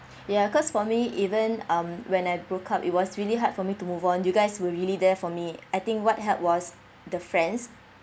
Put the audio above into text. ya cause for me even um when I broke up it was really hard for me to move on you guys were really there for me I think what help was the friends